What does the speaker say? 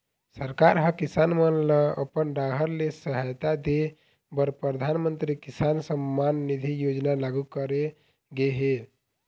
सरकार ह किसान मन ल अपन डाहर ले सहायता दे बर परधानमंतरी किसान सम्मान निधि योजना लागू करे गे हे